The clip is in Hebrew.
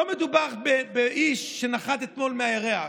לא מדובר באיש שנחת אתמול מהירח.